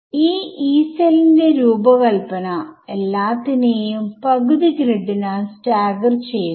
ഈ e സെല്ലിന്റെ രൂപകല്പന എല്ലാത്തിനെയും പകുതി ഗ്രിഡ്നാൽ സ്റ്റാഗർ ചെയ്യുന്നു